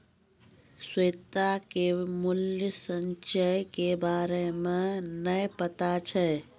श्वेता के मूल्य संचय के बारे मे नै पता छै